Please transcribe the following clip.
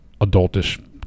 adultish